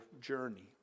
journey